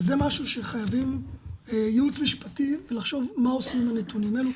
וזה משהו שחייבים ייעוץ משפטי לחשוב מה עושים עם הנתונים האלה.